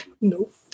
Nope